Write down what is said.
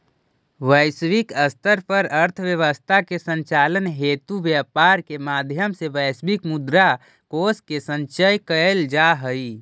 वैश्विक स्तर पर अर्थव्यवस्था के संचालन हेतु व्यापार के माध्यम से वैश्विक मुद्रा कोष के संचय कैल जा हइ